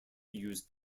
use